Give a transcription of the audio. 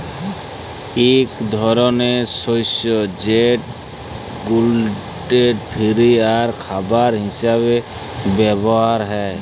ইক ধরলের শস্য যেট গ্লুটেল ফিরি আর খাবার হিসাবে ব্যাভার হ্যয়